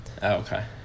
Okay